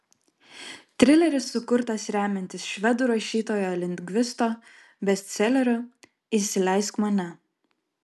trileris sukurtas remiantis švedų rašytojo lindgvisto bestseleriu įsileisk mane